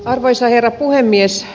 arvoisa herra puhemies